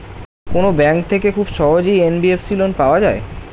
কোন ব্যাংক থেকে খুব সহজেই এন.বি.এফ.সি লোন পাওয়া যায়?